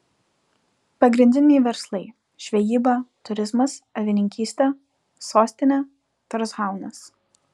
pagrindiniai verslai žvejyba turizmas avininkystė sostinė torshaunas